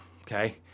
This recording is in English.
Okay